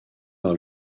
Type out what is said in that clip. par